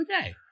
okay